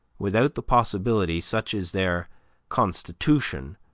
without the possibility, such is their constitution,